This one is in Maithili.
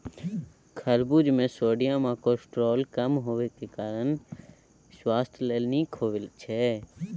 खरबुज मे सोडियम आ कोलेस्ट्रॉल कम हेबाक कारणेँ सुआस्थ लेल नीक होइ छै